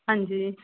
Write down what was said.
ਹਾਂਜੀ